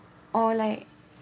or like